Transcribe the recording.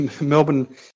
Melbourne